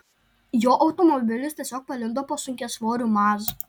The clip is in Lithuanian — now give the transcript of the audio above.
jo automobilis tiesiog palindo po sunkiasvoriu maz